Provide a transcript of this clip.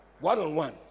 one-on-one